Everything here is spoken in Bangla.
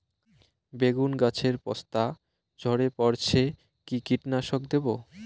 বেগুন গাছের পস্তা ঝরে পড়ছে কি কীটনাশক দেব?